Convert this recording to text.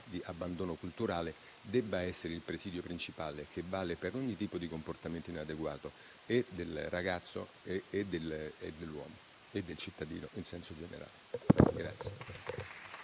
di abbandono culturale, debba essere il presidio principale, che vale per ogni tipo di comportamento inadeguato del ragazzo, dell'uomo e del cittadino in senso generale.